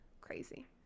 Crazy